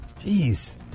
Jeez